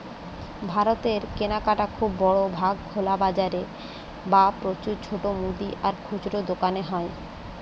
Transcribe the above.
ভারতের কেনাকাটা খুব বড় ভাগ খোলা বাজারে বা প্রচুর ছোট মুদি আর খুচরা দোকানে হয়